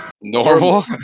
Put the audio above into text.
Normal